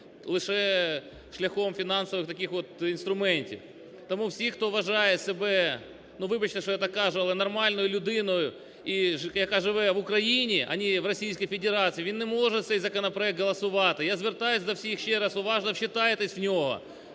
лише шляхом фінансових таких от інструментів. Тому всі, хто вважає себе, вибачте, що я так кажу, але нормальною людиною, яка живе в Україні, а не в Російській Федерації, він не може за цей законопроект голосувати. Я звертаюсь до всіх ще раз, уважно вчитайтесь в нього,